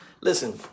Listen